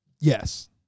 Yes